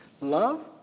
Love